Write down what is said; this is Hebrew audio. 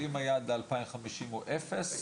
האם היעד ל-2050 הוא אפס,